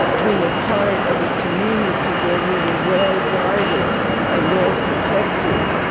being a part of a community where we were well-guarded and well-protected,